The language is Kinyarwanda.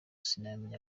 sinamenya